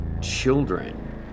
children